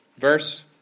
Verse